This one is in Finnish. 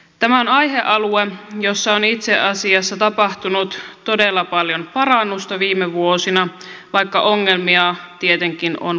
tämä on aihealue jossa on itse asiassa tapahtunut todella paljon parannusta viime vuosina vaikka ongelmia tietenkin on paljon